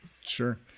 Sure